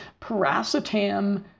Paracetam